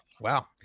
wow